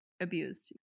abused